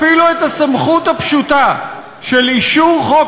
אפילו את הסמכות הפשוטה של אישור חוק